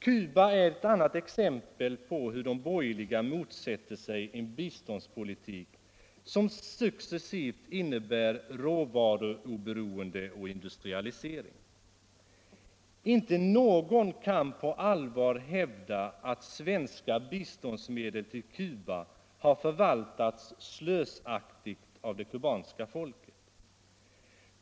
Cuba är ett annat exempel på att de borgerliga motsätter sig en biståndspolitik som successivt innebär råvaruoberoende och industrialisering. Ingen kan på allvar hävda att svenska biståndsmedel till Cuba har förvaltats slösaktigt av det kubanska folket.